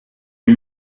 new